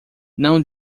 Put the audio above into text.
não